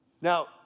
Now